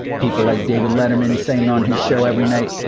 people like david letterman saying on his show every night,